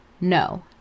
no